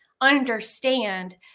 understand